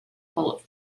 bullet